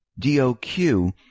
DOQ